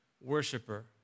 worshiper